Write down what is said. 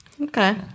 Okay